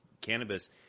cannabis